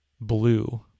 blue